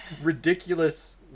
ridiculous